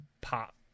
pop